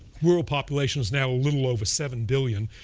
world population is now a little over seven billion.